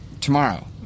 tomorrow